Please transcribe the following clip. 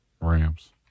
Rams